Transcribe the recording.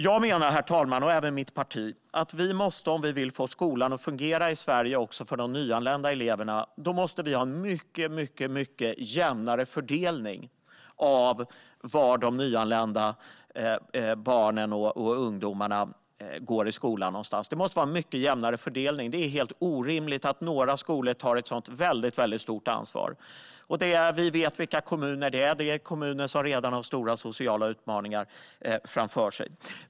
Herr talman! Jag och mitt parti menar att vi, om vi vill att skolan ska fungera i Sverige också för de nyanlända eleverna, måste ha en mycket jämnare fördelning av var de nyanlända barnen och ungdomarna ska gå i skolan. Det måste bli en mycket jämnare fördelning. Det är orimligt att bara några skolor tar ett stort ansvar. Vi vet vilka kommuner det är - det är de som redan har stora sociala utmaningar framför sig.